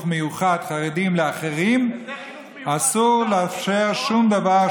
מיוחד חרדים לאחרים אסור לאפשר שום דבר,